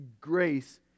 grace